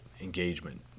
engagement